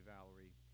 Valerie